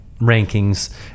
rankings